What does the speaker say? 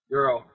Girl